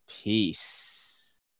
peace